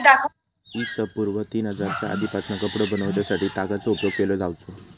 इ.स पूर्व तीन हजारच्या आदीपासना कपडो बनवच्यासाठी तागाचो उपयोग केलो जावचो